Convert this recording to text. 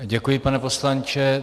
Děkuji, pane poslanče.